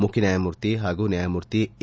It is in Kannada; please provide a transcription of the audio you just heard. ಮುಖ್ಡ ನ್ಯಾಯಮೂರ್ತಿ ಹಾಗೂ ನ್ಯಾಯಮೂರ್ತಿ ಎ